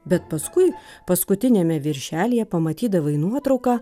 bet paskui paskutiniame viršelyje pamatydavai nuotrauką